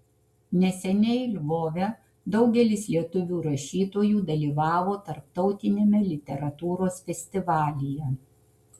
neseniai lvove daugelis lietuvių rašytojų dalyvavo tarptautiniame literatūros festivalyje